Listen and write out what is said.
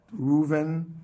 Reuven